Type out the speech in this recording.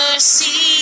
Mercy